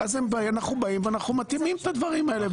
אנחנו באים ומתאימים את הדברים האלה.